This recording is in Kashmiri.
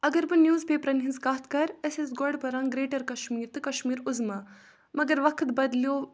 اگر بہٕ نیُوز پیپرَن ہِنٛز کَتھ کَرٕ أسۍ ٲسۍ گۄڈٕ پَران گرٛیٹَر کَشمیٖر تہٕ کَشمیٖر عُظمیٰ مگر وقت بدلیو